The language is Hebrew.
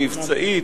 המבצעית,